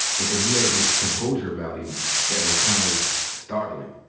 but then he had this composure about him that was kind of startling.